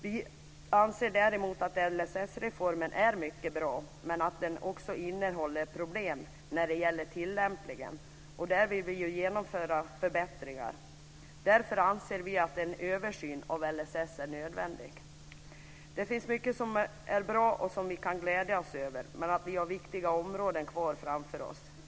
Vi anser däremot att LSS-reformen är mycket bra men att den också innehåller problem när det gäller tillämpningen, och där vi vill genomföra förbättringar. Därför anser vi att en översyn av LSS är nödvändig. Det finns mycket som är bra och som vi kan glädja oss över. Men vi har viktiga områden kvar framför oss.